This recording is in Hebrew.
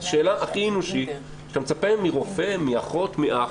השאלה הכי אנושית שאתה מצפה מרופא, מאחות, מאח.